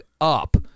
up